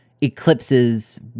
eclipses